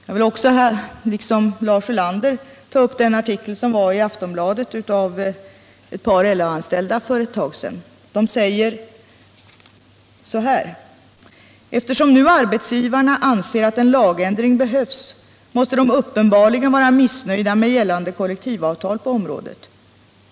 Jag vill också, liksom Lars Ulander, ta upp den artikel i Dagens Nyheter av ett par LO-anställda som fanns för ett tag sedan. De säger: ”Eftersom nu arbetsgivarna anser att en lagändring behövs måste de uppenbarligen vara missnöjda med gällande kollektivavtal på området.